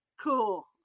Cool